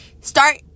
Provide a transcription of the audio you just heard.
start